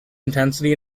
intensity